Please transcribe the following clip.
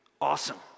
Awesome